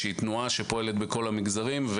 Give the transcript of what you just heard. שהיא תנועה שפועלת בכל המגזרים.